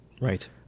Right